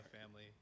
family